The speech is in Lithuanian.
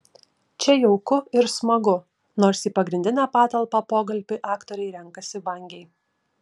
čia jauku ir smagu nors į pagrindinę patalpą pokalbiui aktoriai renkasi vangiai